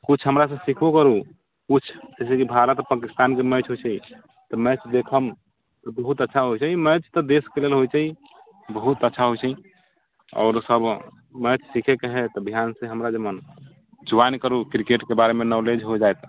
कुछ हमरा से सिखबो करू कुछ जैसे कि भारत पाकिस्तानके मैच होइ छै तऽ मैच देखब तऽ बहुत अच्छा होइ छै ई मैच तऽ देशके लेल होइ छै ई बहुत अच्छा होइ छै आओर सभ मैच सीखैके है तऽ ध्यान सँ हमरा जेना ज्वाइन करू क्रिकेटके बारेमे नॉलेज हो जायत